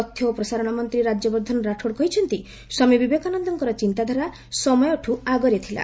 ତଥ୍ୟ ଓ ପ୍ରସାରଣ ମନ୍ତ୍ରୀ ରାଜ୍ୟବର୍ଦ୍ଧନ ରାଠୋଡ କହିଛନ୍ତି ସ୍ୱାମୀ ବିବେକାନନ୍ଦଙ୍କର ଚିନ୍ତାଧାରା ସମୟଠୁ ଆଗରେ ଥିଲା